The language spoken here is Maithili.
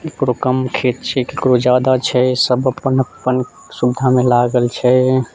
केकरो कम खेत छै केकरो जादा छै सब अपन अपन सुविधामे लागल छै